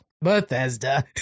Bethesda